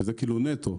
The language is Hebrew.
שזה כאילו נטו,